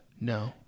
No